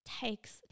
takes